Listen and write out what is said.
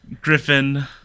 Griffin